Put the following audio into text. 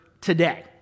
today